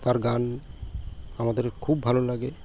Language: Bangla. তার গান আমাদের খুব ভালো লাগে